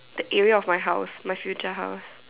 the area of my house my future house